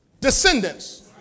descendants